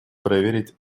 проверить